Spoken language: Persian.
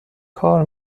کار